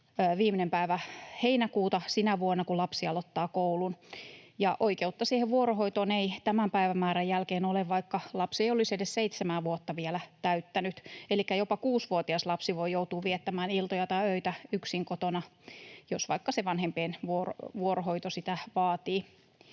viimeinen päivä heinäkuuta sinä vuonna, kun lapsi aloittaa koulun. Ja oikeutta siihen vuorohoitoon ei tämän päivämäärän jälkeen ole, vaikka lapsi ei olisi edes seitsemää vuotta vielä täyttänyt. Elikkä jopa kuusivuotias lapsi voi joutua viettämään iltoja tai öitä yksin kotona, jos vaikka vanhempien vuorotyö sitä vaatii.